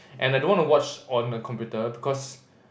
and I don't wanna watch on the computer because